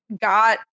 got